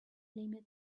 limit